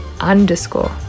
underscore